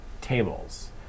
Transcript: tables